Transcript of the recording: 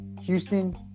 Houston